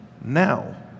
now